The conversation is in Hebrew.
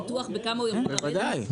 בוודאי.